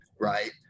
right